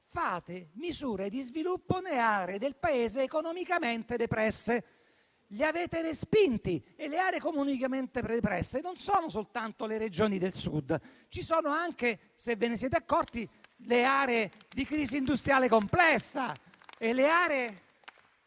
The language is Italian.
adottate misure di sviluppo nelle aree del Paese economicamente depresse. Li avete respinti, ma le aree economicamente depresse non sono soltanto le Regioni del Sud, ci sono anche - se ve ne siete accorti - le aree di crisi industriale complessa. Queste